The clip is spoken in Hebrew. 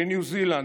בניו זילנד,